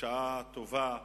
בשעה טובה,